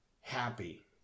happy